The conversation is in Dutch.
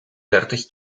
dertig